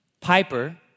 Piper